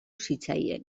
zitzaien